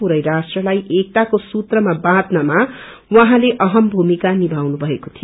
पूरै राष्ट्रलाई एकताको सुत्रमा बाँध्नमा उहाँले अहम भूमिका निभाउनुभएको थियो